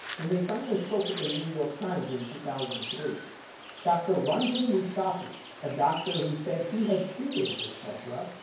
and they finally spoke with the new york times in two thousand and three dr. ranjan mustafi, a doctor who said he had treated ms. besra,